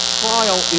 trial